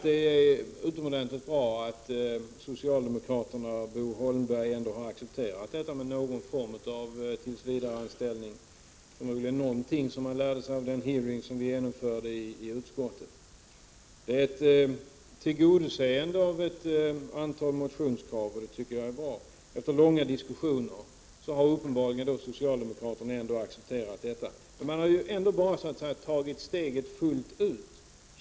Det är utomordentligt bra, tycker jag, att socialdemokraterna och Bo Holmberg ändå har accepterat tanken på någon form av tillsvidareanställning. Det är förmodligen något som han lärde sig av den hearing vi genomförde i utskottet. Det innebär ett tillgodoseende av ett antal motionskrav, och det tycker jag alltså är bra. Efter långa diskussioner har uppenbarligen socialdemokraterna accepterat detta. Man har ju ändå bara så att säga tagit steget fullt ut.